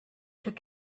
took